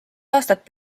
aastat